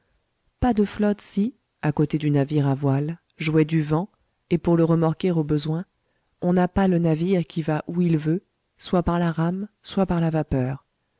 pas de flotte si à côté du navire à voiles jouet du vent et pour le remorquer au besoin on n'a pas le navire qui va où il veut soit par la rame soit par la vapeur